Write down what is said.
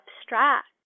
abstract